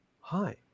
hi